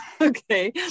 okay